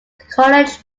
college